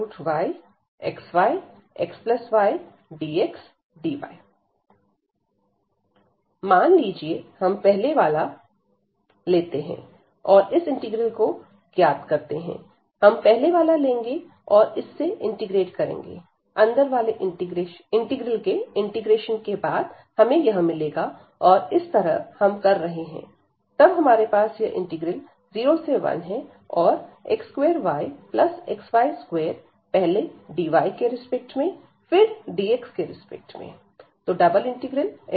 y01xyyxyxydxdy मान लीजिए हम पहले वाला लेते हैं और इस इंटीग्रल को ज्ञात करते हैं हम पहले वाला लेंगे और इससे इंटीग्रेट करेंगे अंदर वाले इंटीग्रल के इंटीग्रेशन के बाद हमें यह मिलेगा इस तरह हम कर रहे हैं तब हमारे पास यह इंटीग्रल 0 से1 है और x2yxy2 पहले dy रिस्पेक्ट में फिर dx के रिस्पेक्ट में